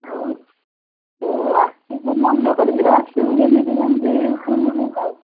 ଆଉ ତୁ ଆସିବୁ ମନ କରିକି ଆସିବୁ ଯେମିତି ଯେମିତି ଭୁଲି ନଯାଉ